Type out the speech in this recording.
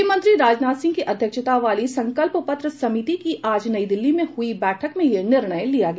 गृहमंत्री राजनाथ सिंह की अध्यक्षता वाली संकल्पपत्र समिति की आज नई दिल्ली में हुई बैठक में यह निर्णय लिया गया